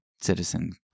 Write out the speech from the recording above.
citizen